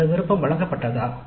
அந்த விருப்பம் வழங்கப்பட்டதா